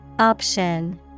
Option